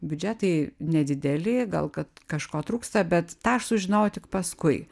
biudžetai nedideli gal kad kažko trūksta bet tą aš sužinojau tik paskui